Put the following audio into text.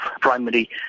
primary